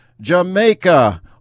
Jamaica